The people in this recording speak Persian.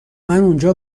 اونجا